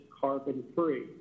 carbon-free